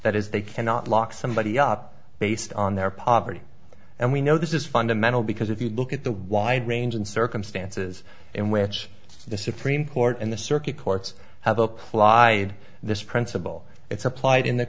that is they cannot lock somebody up based on their poverty and we know this is fundamental because if you look at the wide range and circumstances in which the supreme court and the circuit courts have applied this principle it's applied in the